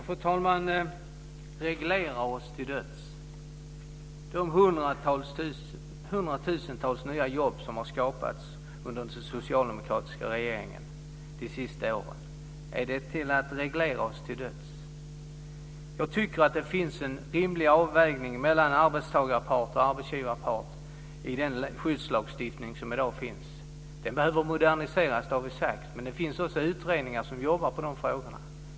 Fru talman! "Reglera oss till döds." Innebär de hundratusentals nya jobb som har skapats de senaste åren under den socialdemokratiska regeringen att reglera oss till döds? Jag tycker att det finns en rimlig avvägning mellan arbetstagarpart och arbetsgivarpart i den skyddslagstiftning som i dag finns. Den behöver moderniseras, men det finns utredningar som jobbar med de frågorna.